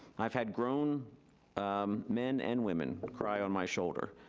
i've had grown um men and women cry on my shoulder.